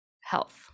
health